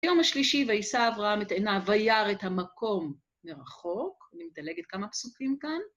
היום השלישי וישא אברהם את עיניו ויאר את המקום מרחוק. אני מדלגת כמה פסוקים כאן.